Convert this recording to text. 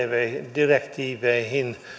direktiiveihin